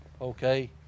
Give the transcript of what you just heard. Okay